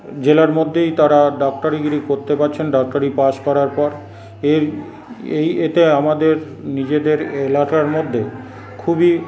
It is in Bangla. জেলার মধ্যেই তাঁরা ডক্টরিগিরি করতে পারছেন ডক্টরি পাশ করার পর এই এতে আমাদের নিজেদের এলাকার মধ্যে খুবই